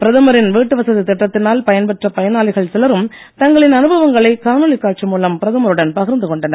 பிரதமரின் வீட்டு வசதி திட்டத்தினால் பயன் பெற்ற பயனாளிகள் சிலரும் தங்களின் அனுபவங்களை காணொளி காட்சி மூலம் பிரதமருடன் பகிர்ந்து கொண்டனர்